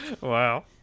Wow